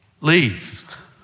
leave